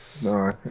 No